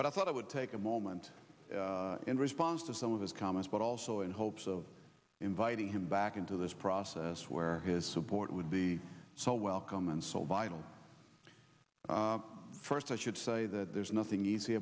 but i thought i would take a moment in response to some of his comments but also in hopes of inviting him back into this process where his support would be so welcome and so vital first i should say that there's nothing easy